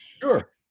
Sure